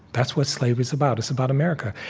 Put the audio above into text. that's what slavery is about. it's about america.